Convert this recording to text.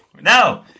No